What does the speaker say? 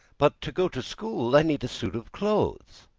but to go to school i need a suit of clothes.